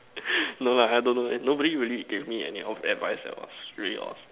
no lah I don't know nobody really gave me any of advice that was pretty